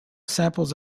samples